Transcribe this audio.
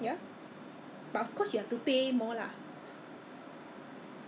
凤梨酥 they call it but then at the end also did not buying because I think it's very expensive lah